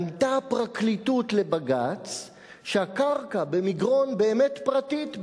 ענתה הפרקליטות לבג"ץ שהקרקע במגרון באמת פרטית,